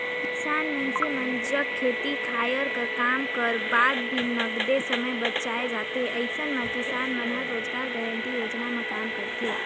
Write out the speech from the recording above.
किसान मइनसे मन जग खेती खायर कर काम कर बाद भी नगदे समे बाएच जाथे अइसन म किसान मन ह रोजगार गांरटी योजना म काम करथे